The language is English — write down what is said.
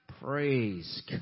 Praise